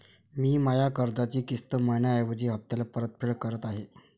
मी माया कर्जाची किस्त मइन्याऐवजी हप्त्याले परतफेड करत आहे